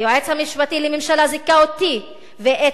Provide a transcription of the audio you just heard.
היועץ המשפטי לממשלה זיכה אותי ואת